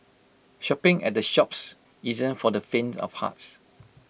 shopping at the Shoppes isn't for the faint of hearts